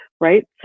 right